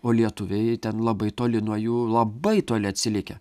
o lietuviai ten labai toli nuo jų labai toli atsilikę